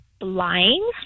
lying